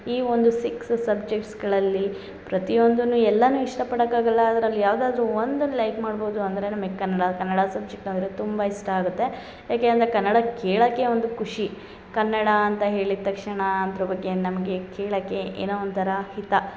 ಈ ಒಂದು ಸಿಕ್ಸ್ ಸಬ್ಜೆಕ್ಟ್ಸ್ಗಳಲ್ಲಿ ಪ್ರತಿಯೊಂದುನ್ನು ಎಲ್ಲನು ಇಷ್ಟ ಪಡಕ್ಕಾಗಲ್ಲ ಅದರಲ್ಲಿ ಯಾವ್ದಾದರು ಒಂದನ್ನ ಲೈಕ್ ಮಾಡ್ಬೌದು ಅಂದರೆ ನಮಗೆ ಕನ್ನಡ ಕನ್ನಡ ಸಬ್ಜೆಕ್ಟ್ ಅಂದರೆ ತುಂಬ ಇಷ್ಟ ಆಗುತ್ತೆ ಏಕೆ ಅಂದರೆ ಕನ್ನಡ ಕೇಳಕ್ಕೆ ಒಂದು ಖುಷಿ ಕನ್ನಡ ಅಂತ ಹೇಳಿದ ತಕ್ಷಣ ಅಂತ್ರು ಬಗ್ಗೆ ನಮ್ಗೆ ಕೇಳಕ್ಕೆ ಏನೋ ಒಂಥರ ಹಿತ